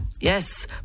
Yes